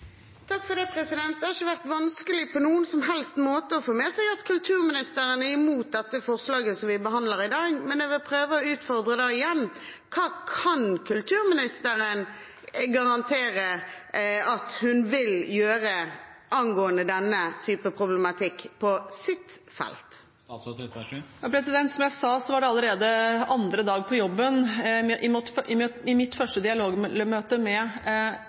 Det har ikke vært vanskelig på noen som helst måte å få med seg at kulturministeren er mot dette forslaget vi behandler i dag, men jeg vil prøve å utfordre igjen: Hva kan kulturministeren garantere at hun vil gjøre angående denne type problematikk på sitt felt? Som jeg sa, så gikk vi allerede andre dag på jobben, i mitt første dialogmøte med idretten, gjennom dette med spiseforstyrrelser i